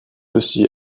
aussi